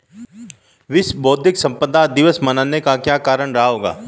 विश्व बौद्धिक संपदा दिवस मनाने का क्या कारण रहा होगा?